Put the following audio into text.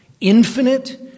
infinite